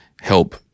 help